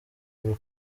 uru